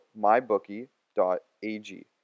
mybookie.ag